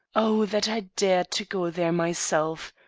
oh, that i dared to go there myself!